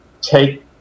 take